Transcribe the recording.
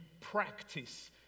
practice